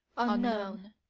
unknown.